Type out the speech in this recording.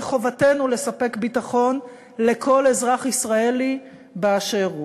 וחובתנו לספק ביטחון לכל אזרח ישראלי באשר הוא.